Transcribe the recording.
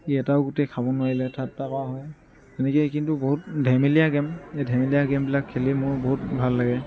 ই এটাও গুটি খাব নোৱাৰিলে ঠাট্টা কৰা হয় সেনেকেই কিন্তু বহুত ধেমেলীয়া গেম এই ধেমেলীয়া গেমবিলাক খেলি মোৰ বহুত ভাল লাগে